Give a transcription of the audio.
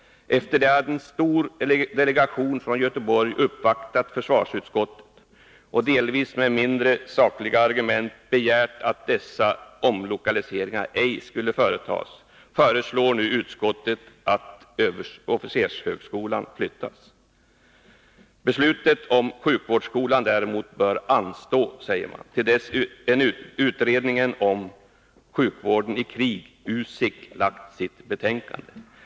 Efter det att en stor delegation från Göteborg uppvaktat försvarsutskottet och med delvis mindre sakliga argument begärt att dessa omlokaliseringar ej skulle företas, föreslår nu utskottet att officershögskolan flyttas. Beslutet om sjukvårdsskolan bör däremot anstå, säger man, till dess utredningen om sjukvården i krig, USIK, lagt fram sitt betänkande.